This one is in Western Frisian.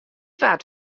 waard